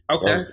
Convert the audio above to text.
Okay